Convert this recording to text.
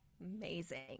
amazing